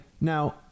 now